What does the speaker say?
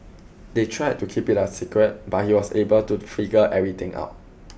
they tried to keep it a secret but he was able to figure everything out